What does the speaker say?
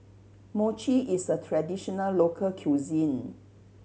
mochi is a traditional local cuisine